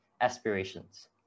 aspirations